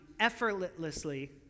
effortlessly